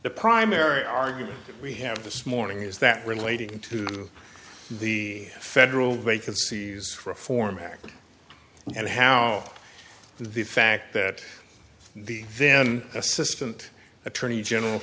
the primary argument we have this morning is that relating to the federal vacancies reform act and how the fact that the then assistant attorney general